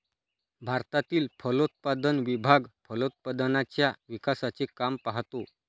भारतातील फलोत्पादन विभाग फलोत्पादनाच्या विकासाचे काम पाहतो